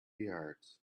yards